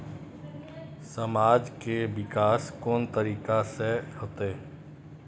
समाज के विकास कोन तरीका से होते?